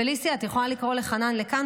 פליסיה, את יכולה לקרוא לחנן לכאן?